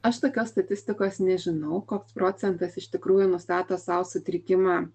aš tokios statistikos nežinau koks procentas iš tikrųjų nustato sau sutrikimą